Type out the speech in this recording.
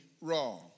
wrong